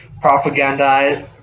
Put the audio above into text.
propaganda